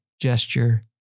gesture